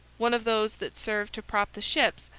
one of those that served to prop the ships,